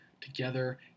together